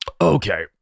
Okay